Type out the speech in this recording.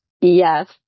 Yes